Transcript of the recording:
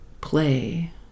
play